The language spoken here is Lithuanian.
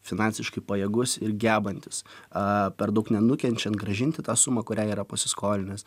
finansiškai pajėgus ir gebantis a per daug nenukenčiant grąžinti tą sumą kurią yra pasiskolinęs